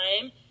time